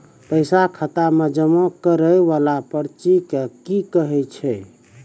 पैसा खाता मे जमा करैय वाला पर्ची के की कहेय छै?